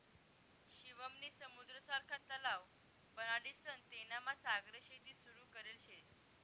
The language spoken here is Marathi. शिवम नी समुद्र सारखा तलाव बनाडीसन तेनामा सागरी शेती सुरू करेल शे